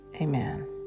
Amen